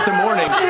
so morning.